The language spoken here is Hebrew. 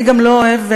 אני גם לא אוהבת,